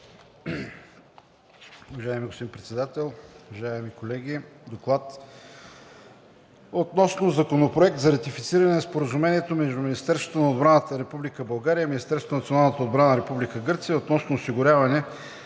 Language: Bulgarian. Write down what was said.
Уважаеми господин Председател, уважаеми колеги! „ДОКЛАД относно Законопроект за ратифициране на Споразумението между Министерството на отбраната на Република България и Министерството на националната отбрана на Република Гърция относно осигуряване